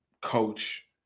coach